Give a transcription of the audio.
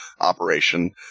operation